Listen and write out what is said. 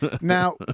Now